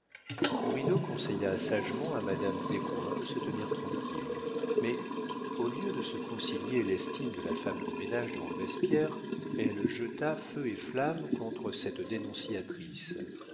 bridau conseilla sagement à madame descoings de se tenir tranquille mais au lieu de se concilier l'estime de la femme de ménage de roberspierre elle jeta feu et flamme contre cette dénonciatrice